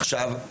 עכשיו,